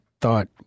thought